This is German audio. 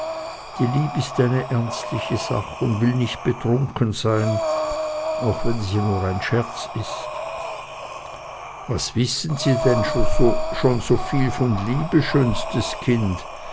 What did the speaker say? die lieb ist eine ernstliche sach und will nicht betrunken sein auch wenn sie nur scherz ist was wissen sie denn schon so viel von liebe schönstes kind